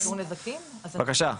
בבקשה.